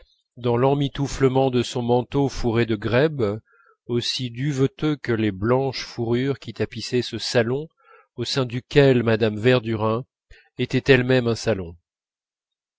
dans l'emmitouflement de son manteau fourré de grèbe aussi duveteux que les blanches fourrures qui tapissaient ce salon au sein duquel mme verdurin était elle-même un salon